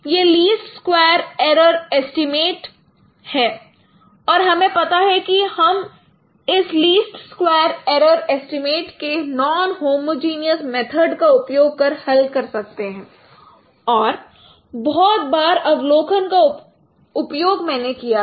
यह least square error estimate है और हमें पता है कि हम इस लिस्ट स्क्वायर इरर एस्टीमेट के नोन होमोजेनियस मेथड का उपयोग कर हल कर सकते हैं और बहुत बार अवलोकन का उपयोग मैंने किया है